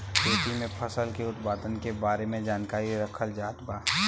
खेती में फसल के उत्पादन के बारे में जानकरी रखल जात बा